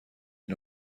این